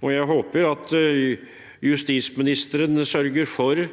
og jeg håper justisministeren sørger for